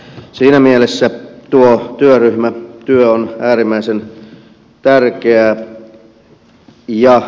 siinä mielessä tuo työryhmän työ on äärimmäisen tärkeää